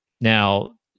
Now